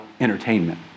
entertainment